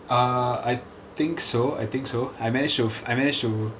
uh I think so I think so I manage to I manage to